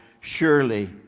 surely